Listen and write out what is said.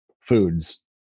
foods